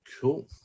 Cool